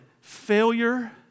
failure